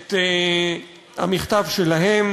את המכתב שלהם,